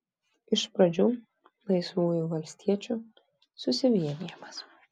iš pradžių laisvųjų valstiečių susivienijimas